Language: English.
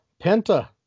Penta